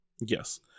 Yes